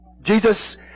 Jesus